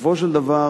בסופו של דבר,